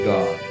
God